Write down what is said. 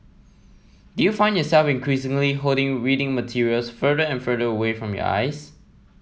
do you find yourself increasingly holding reading materials further and further away from your eyes